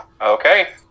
Okay